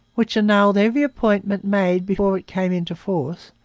which annulled every appointment made before it came into force,